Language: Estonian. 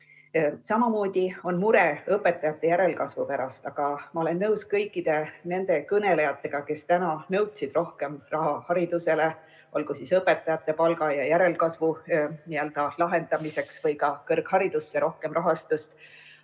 Samamoodi on mure õpetajate järelkasvu pärast. Ma olen nõus kõikide kõnelejatega, kes täna nõudsid rohkem raha haridusele, olgu siis õpetajate palga ja järelkasvu [probleemi] lahendamiseks või ka kõrgharidusse rohkem rahastust.